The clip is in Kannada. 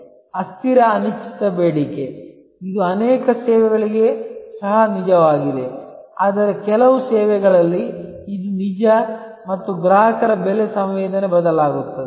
ಅಸ್ಥಿರ ಅನಿಶ್ಚಿತ ಬೇಡಿಕೆ ಇದು ಅನೇಕ ಸೇವೆಗಳಿಗೆ ಸಹ ನಿಜವಾಗಿದೆ ಆದರೆ ಕೆಲವು ಸೇವೆಗಳಲ್ಲಿ ಇದು ನಿಜ ಮತ್ತು ಗ್ರಾಹಕರ ಬೆಲೆ ಸಂವೇದನೆ ಬದಲಾಗುತ್ತದೆ